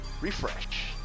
Refresh